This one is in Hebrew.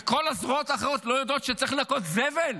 וכל הזרועות האחרות לא יודעות שצריך לנקות זבל?